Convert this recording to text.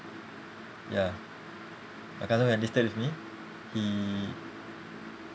ya my cousin who enlisted with me he